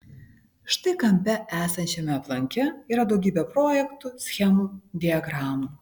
štai kampe esančiame aplanke yra daugybė projektų schemų diagramų